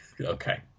Okay